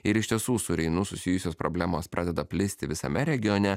ir iš tiesų su reinu susijusios problemos pradeda plisti visame regione